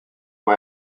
può